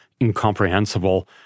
incomprehensible